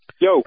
Yo